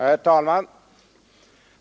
Herr talman!